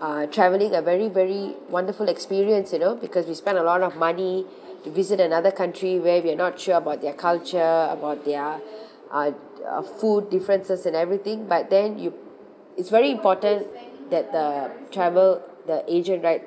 uh travelling a very very wonderful experience you know because we spend a lot of money to visit another country where we're not sure about their culture about their uh uh food differences and everything but then you it's very important that the travel the agent right